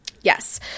Yes